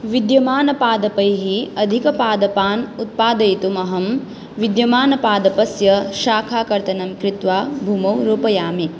विद्यमानपादपैः अधिकपादपान् उत्पादयितुम् अहं विद्यमानपादपस्य शाखाकर्तनं कृत्वा भूमौ रोपयामि